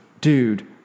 dude